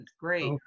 great